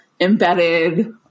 embedded